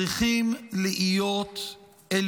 צריכים להיות אל